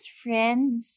friends